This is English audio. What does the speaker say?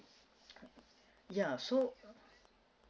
ya so